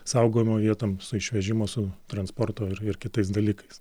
saugojimo vietom su išvežimo su transporto ir ir kitais dalykais